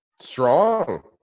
strong